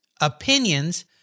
opinions